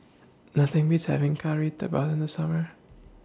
Nothing Beats having Kari Debal in The Summer